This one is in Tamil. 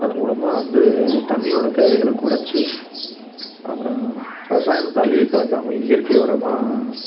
அது மூலமாக வந்து தண்ணியோடய தேவைகளை குறச்சு அப்புறம் இரசாயனத்தை அதிகம் கலக்காமல் இயற்கை உரமாக